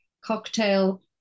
cocktail